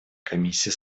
комиссия